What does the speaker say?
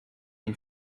and